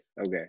okay